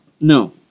No